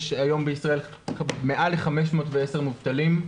כיום יש בישראל מעל ל-510,000 מובטלים.